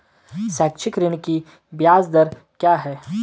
शैक्षिक ऋण की ब्याज दर क्या है?